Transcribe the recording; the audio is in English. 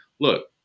look